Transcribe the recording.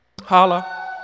Holla